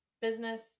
Business